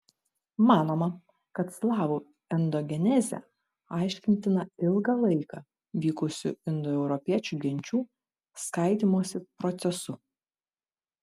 manoma kad slavų etnogenezė aiškintina ilgą laiką vykusiu indoeuropiečių genčių skaidymosi procesu